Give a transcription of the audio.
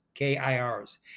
KIRs